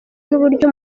n’uburyo